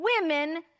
women